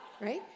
right